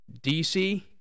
DC